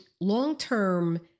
long-term